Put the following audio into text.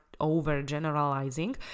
overgeneralizing